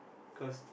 cause